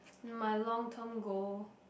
mm my long term goal